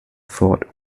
fought